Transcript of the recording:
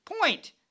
point